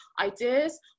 ideas